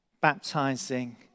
Baptizing